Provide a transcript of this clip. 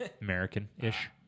American-ish